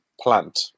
plant